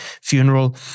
funeral